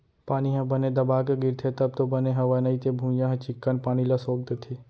पानी ह बने दबा के गिरथे तब तो बने हवय नइते भुइयॉं ह चिक्कन पानी ल सोख देथे